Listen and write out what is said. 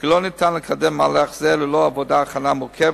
כי לא ניתן לקדם מהלך כזה ללא עבודת הכנה מורכבת,